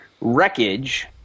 wreckage –